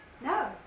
No